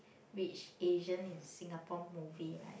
Rich Asian in Singapore movie right